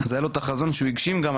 היה לו את החזון שהוא הגשים על